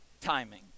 timing